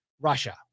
Russia